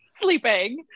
sleeping